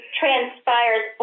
transpires